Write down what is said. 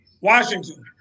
Washington